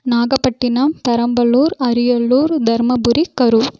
Nagapattinam Perambalur Ariyalur Dharmapuri Karur